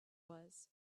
was